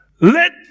Let